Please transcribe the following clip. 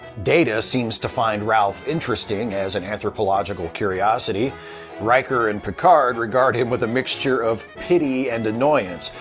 data seems to find ralph interesting as an anthropological curiosity riker and picard regard him with a mixture of pity and annoyance.